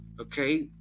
okay